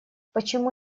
почему